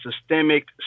systemic